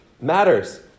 matters